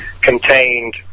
contained